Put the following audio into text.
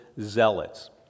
zealots